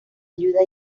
ayuda